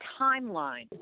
timeline